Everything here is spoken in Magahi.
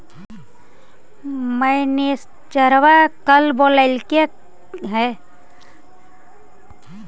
मैनेजरवा कल बोलैलके है?